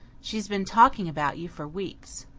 she's been talking about you for weeks.